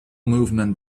movement